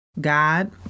God